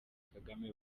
kagame